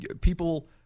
people